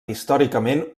històricament